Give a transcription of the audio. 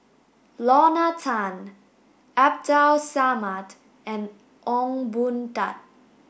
Lorna Tan Abdul Samad and Ong Boon Tat